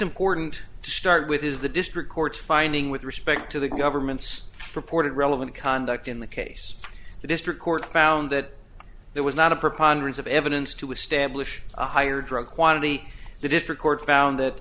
important to start with is the district court's finding with respect to the government's reported relevant conduct in the case the district court found that there was not a preponderance of evidence to establish a higher drug quantity the district court found that